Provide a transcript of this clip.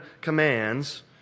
commands